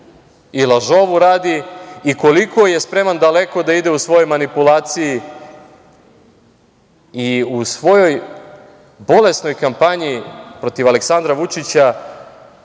i lažovu, radi i koliko je spreman daleko da ide u svojoj manipulaciji i u svojoj bolesnoj kampanji protiv Aleksandra Vučića